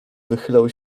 wychylał